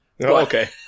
Okay